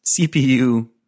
CPU